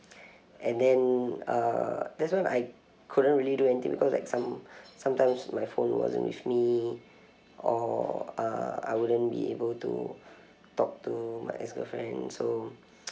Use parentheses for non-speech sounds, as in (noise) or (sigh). (breath) and then uh that's why I couldn't really do because like (breath) some~ sometimes my phone wasn't with me or uh I wouldn't be able to talk to my ex girlfriend so (noise)